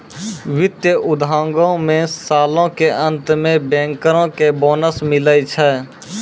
वित्त उद्योगो मे सालो के अंत मे बैंकरो के बोनस मिलै छै